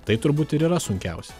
tai turbūt ir yra sunkiausia